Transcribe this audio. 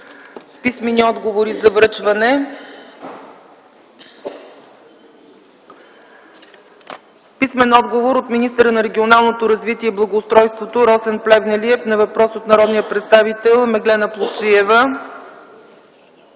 Писмени отговори за връчване: - от министъра на регионалното развитие и благоустройството Росен Плевнелиев на въпрос от народния представител Меглена Плугчиева;